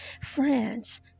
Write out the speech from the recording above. France